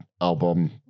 album